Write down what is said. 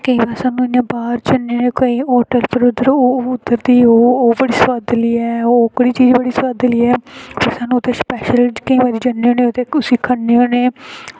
केईं बार अस बाहर जन्नै होटल दा इद्धर फिर ओह् बड़ी सोआदली ऐ ओह्कड़ी चीज़ बड़ी सोआदली ऐ ते केईं बारी जन्ने न ते खन्ने न